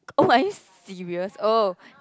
oh are you serious oh